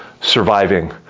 surviving